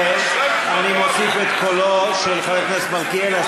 אני מוסיף את קולו של חבר הכנסת מלכיאלי,